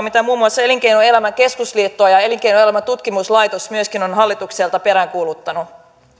mitä muun muassa elinkeinoelämän keskusliitto ja elinkeinoelämän tutkimuslaitos myöskin ovat hallitukselta peräänkuuluttaneet